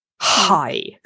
Hi